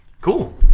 Cool